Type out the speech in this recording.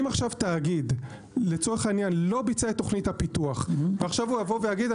אם תאגיד לצורך העניין לא ביצע את תוכנית הפיתוח ועכשיו הוא יבוא ויגיד,